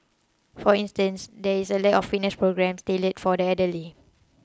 for instance there is a lack of fitness programmes tailored for the elderly